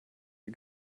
are